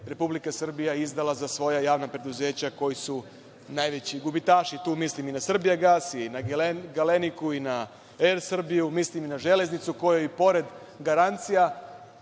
Republika Srbija izdala za svoja javna preduzeća koja su najveći gubitaši. Tu mislim i na „Srbijagas“, „Galeniku“, „Er Srbiju“, mislim i na „Železnicu“ kojoj pored garancija